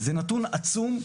זה נתון עצום.